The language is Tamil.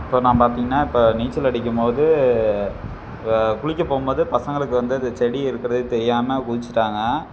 இப்போ நான் பார்த்தீங்கனா இப்போ நீச்சல் அடிக்கும் போது குளிக்க போகும் போது பசங்களுக்கு வந்து அந்த செடி இருக்கிறது தெரியாமல் குதிச்சுட்டாங்க